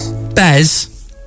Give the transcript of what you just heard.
Bez